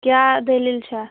کیاہ دٔلیٖل چھا